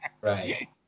Right